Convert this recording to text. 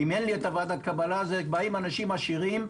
אם אין לי ועדת קבלה באים אנשים עשירים,